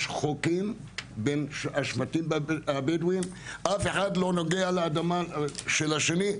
יש חוקים בין השבטים הבדואים שאף אחד לא נוגע באדמה של השני.